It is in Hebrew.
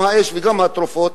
גם האש וגם התרופות,